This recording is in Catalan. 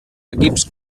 equips